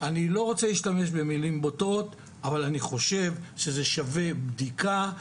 אני לא רוצה להשתמש במילים בוטות אבל אני חושב שזה שווה בדיקה,